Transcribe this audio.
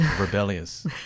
rebellious